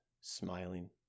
smiling